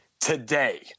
today